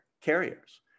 carriers